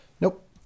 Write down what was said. Nope